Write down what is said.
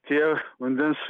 tie vandens